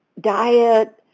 diet